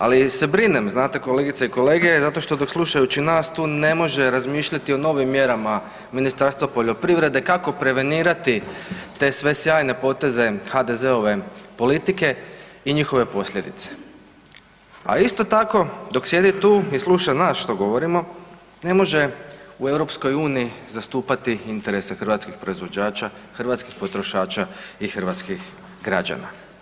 Ali se brinem znate kolegice i kolege zato što dok slušajući nas tu ne može razmišljati o novim mjerama Ministarstva poljoprivrede kako prevenirati te sve sjajne poteze HDZ-ove politike i njihove posljedice, a isto tako dok sjedi tu i sluša nas što govorimo ne može u EU zastupati interese hrvatskih proizvođača, hrvatskih potrošača i hrvatskih građana.